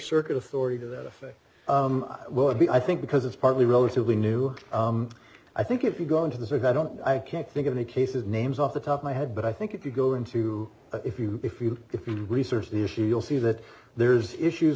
circuit authority to that effect would be i think because it's partly relatively new i think if you go into the sick i don't i can't think of any cases names off the top my head but i think if you go into if you if you if you research the issue you'll see that there's issues